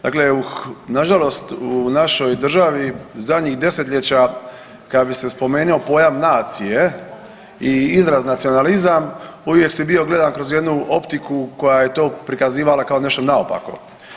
Dakle, nažalost u našoj državi zadnjih desetljeća kada bi se spomenuo pojam nacije i izraz nacionalizam uvijek si bio gledan kroz jednu optiku koja je to prikazivala kao nešto naopako.